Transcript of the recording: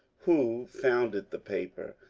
who founded the paper,